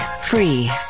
Free